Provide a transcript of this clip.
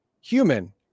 human